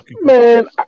Man